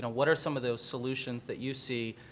ah what are some of those solutions that you see,